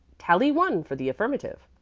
tally one for the affirmative.